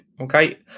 Okay